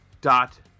dot